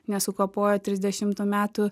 nesukapojo trisdešimtų metų